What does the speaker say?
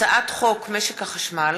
הצעת חוק משק החשמל